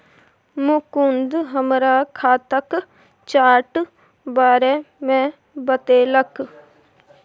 मुकुंद हमरा खाताक चार्ट बारे मे बतेलक